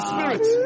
Spirit